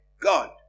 God